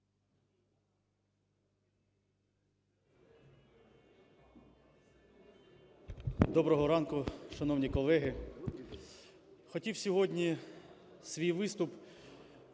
Доброго ранку, шановні колеги. Хотів сьогодні свій виступ